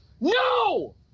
No